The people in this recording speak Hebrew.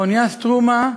האונייה "סטרומה"